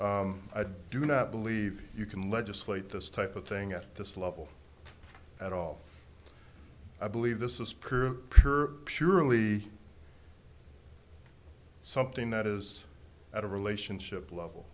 i do not believe you can legislate this type of thing at this level at all i believe this is pure pure purely something that is at a relationship level